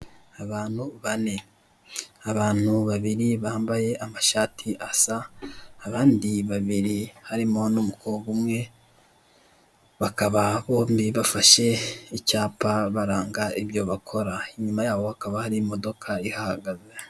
Abantu bane abantu babiri bambaye amashati asa abandi babiri harimo n'umukobwa umwe bakaba bombi bafashe icyapa baranga ibyo bakora, inyuma yabo hakaba hari imodoka ihahagaze.